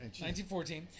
1914